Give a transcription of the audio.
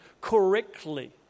correctly